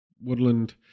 woodland